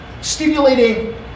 stimulating